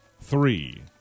three